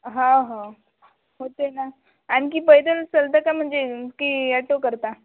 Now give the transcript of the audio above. हा हो होते ना आणखी पैदल चलता का म्हणजे की याटो करता